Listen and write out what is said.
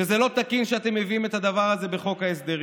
שזה לא תקין שאתם מביאים את הדבר הזה בחוק ההסדרים.